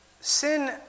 sin